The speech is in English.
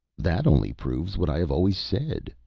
that only proves what i have always said,